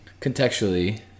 contextually